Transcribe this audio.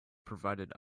provided